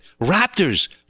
Raptors